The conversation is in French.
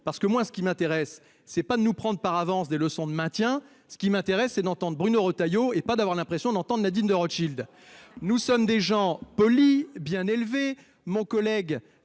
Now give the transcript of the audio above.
Parce que moi ce qui m'intéresse c'est pas de nous prendre par avance des leçons de maintien. Ce qui m'intéresse et n'entendent, Bruno Retailleau et pas d'avoir l'impression n'entendent Nadine de Rothschild. Nous sommes des gens polis bien élevés, mon collègue.